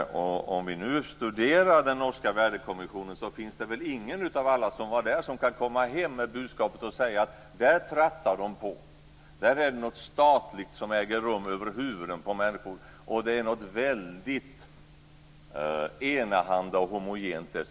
När det gäller den norska värdkommissionen är det väl ingen av alla som var där som kan komma hem med budskapet: Där trattar de på. Där är det något statligt som äger rum över människors huvuden. Det som presteras är väldigt enahanda och homogent.